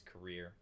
career